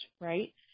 right